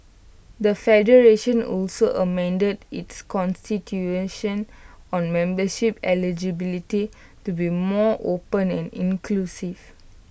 the federation also amended its Constitution on membership eligibility to be more open and inclusive